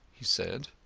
he said,